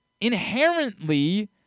inherently